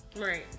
Right